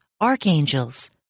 archangels